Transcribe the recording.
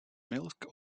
milk